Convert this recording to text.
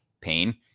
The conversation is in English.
pain